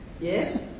Yes